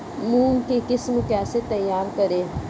मूंग की किस्म कैसे तैयार करें?